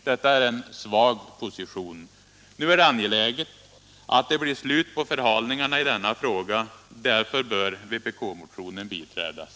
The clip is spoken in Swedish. Detta är en svag position. Nu är det angeläget att det blir slut på förhalningarna i denna fråga. Därför bör vpk-motionen biträdas.